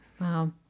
Wow